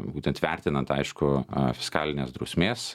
būtent vertinant aišku fiskalinės drausmės